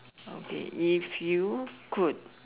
okay if you could